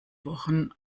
wochen